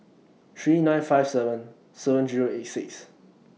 three nine five seven seven Zero eight six